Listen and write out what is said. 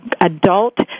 adult